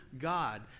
God